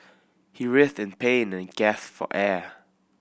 he writhed in pain and gasped for air